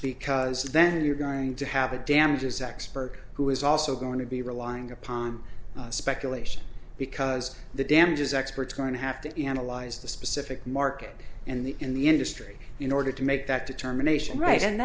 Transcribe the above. because then you're going to have a damages expert who is also going to be relying upon speculation because the damages expert's going to have to be analyzed the specific market and the in the industry in order to make that determination right and